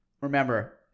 Remember